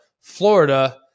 Florida